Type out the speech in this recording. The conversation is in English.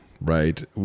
right